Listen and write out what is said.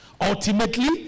Ultimately